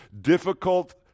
difficult